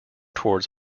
towards